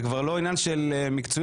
זה כבר לא עניין של מקצועיות,